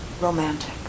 romantic